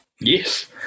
yes